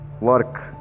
work